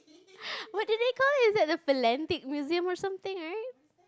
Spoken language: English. what do they call it is that the philatelic museum or something right